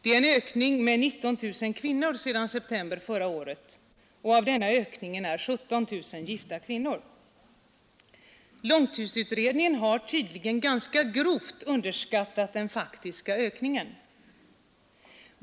Det är en ökning med 19 000 kvinnor sedan september förra året, och av den ökningen är 17 000 gifta kvinnor. Långtidsutredningen har tydligen ganska grovt underskattat den faktiska ökningen.